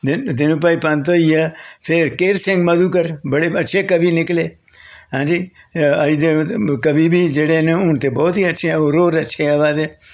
दीनू भाई पंत होइया फिर केहरी सिंह मधुकर बड़े अच्छे कवि निकले ऐं जी कवि बी जेह्ड़े न हून ते बहोत ई अच्छे होर होर अच्छे आवा दे